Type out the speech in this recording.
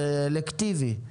זה אלקטיבי.